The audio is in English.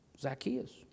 Zacchaeus